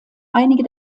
einige